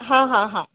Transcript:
हाँ हाँ हाँ